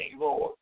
Lord